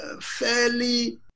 fairly